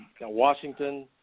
washington